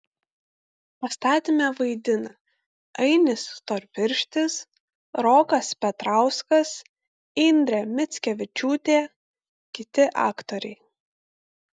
pastatyme vaidina ainis storpirštis rokas petrauskas indrė mickevičiūtė kiti aktoriai